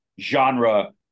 genre